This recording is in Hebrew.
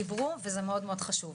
דיברו וזה מאוד מאוד חשוב.